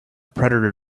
predator